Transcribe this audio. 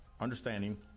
understanding